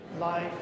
life